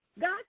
God